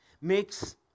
makes